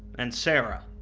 and sarah.